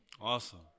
Awesome